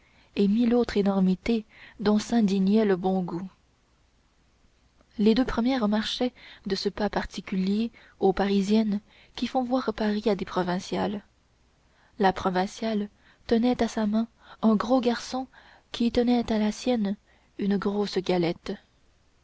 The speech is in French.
et mille autres énormités dont s'indignait le bon goût les deux premières marchaient de ce pas particulier aux parisiennes qui font voir paris à des provinciales la provinciale tenait à sa main un gros garçon qui tenait à la sienne une grosse galette